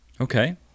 Okay